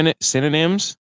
synonyms